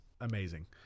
amazing